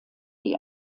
die